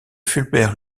fulbert